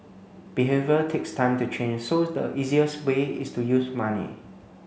behaviour takes time to change so the easiest way is to use money